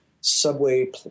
subway